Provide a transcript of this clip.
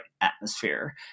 atmosphere